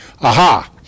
aha